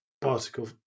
particle